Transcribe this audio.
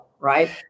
Right